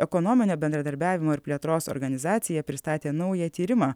ekonominio bendradarbiavimo ir plėtros organizacija pristatė naują tyrimą